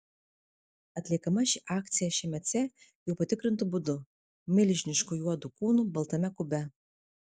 atliekama ši akcija šmc jau patikrintu būdu milžinišku juodu kūnu baltame kube